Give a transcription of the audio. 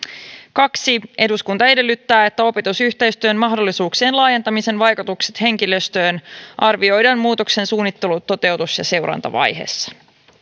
kaksi eduskunta edellyttää että opetusyhteistyön mahdollisuuksien laajentamisen vaikutukset henkilöstöön arvioidaan muutoksen suunnittelu toteutus ja seurantavaiheessa